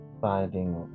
finding